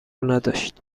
نداشت